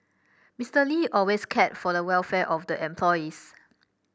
Mister Lee always cared for the welfare of the employees